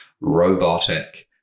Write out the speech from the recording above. robotic